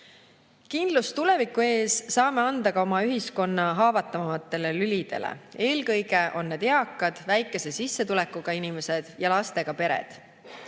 Kindlust tuleviku ees saame anda ka oma ühiskonna haavatavamatele lülidele. Eelkõige on need eakad, väikese sissetulekuga inimesed ja lastega pered.